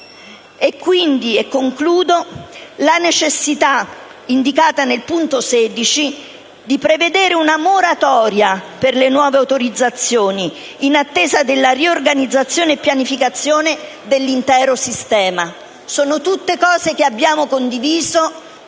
sottolineando la necessità, indicata nel punto 16), di prevedere una moratoria per le nuove autorizzazioni, in attesa della riorganizzazione e pianificazione dell'intero sistema. Sono tutte questioni che abbiamo condiviso